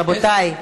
רבותיי,